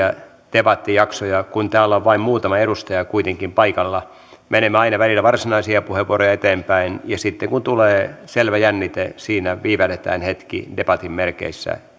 debattijaksoja kun täällä on vain muutama edustaja kuitenkin paikalla menemme aina välillä varsinaisia puheenvuoroja eteenpäin ja sitten kun tulee selvä jännite siinä viivähdetään hetki debatin merkeissä